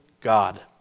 God